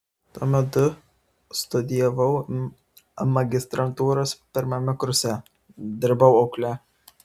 tuo metu studijavau magistrantūros pirmame kurse dirbau aukle